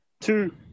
two